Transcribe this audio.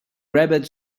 grabbed